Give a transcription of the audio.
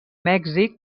mèxic